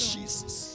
Jesus